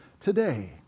today